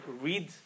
Read